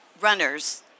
runners